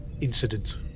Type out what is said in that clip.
incident